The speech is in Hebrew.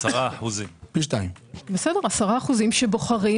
10% שבוחרים